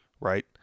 right